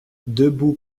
debout